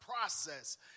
process